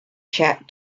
chat